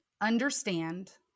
understand